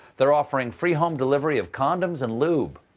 they're offering free home delivery of condoms and lube.